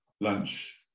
lunch